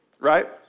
Right